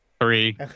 three